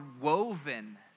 woven